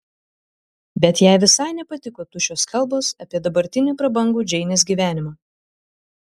bet jai visai nepatiko tuščios kalbos apie dabartinį prabangų džeinės gyvenimą